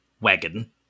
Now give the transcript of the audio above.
wagon